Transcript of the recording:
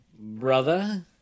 Brother